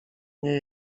nie